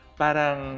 parang